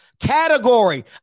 category